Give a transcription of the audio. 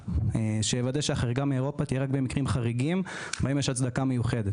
שיוודא שהחריגה מאירופה תהיה רק במקרים חריגים שבהם יש הצדקה מיוחדת.